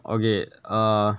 okay err